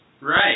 Right